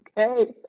Okay